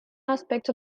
aspects